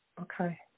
Okay